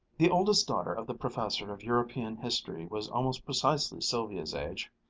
the oldest daughter of the professor of european history was almost precisely sylvia's age,